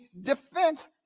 defense